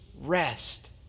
Rest